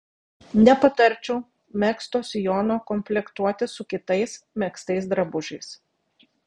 nepatarčiau megzto sijono komplektuoti su kitais megztais drabužiais